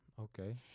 Okay